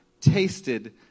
tasted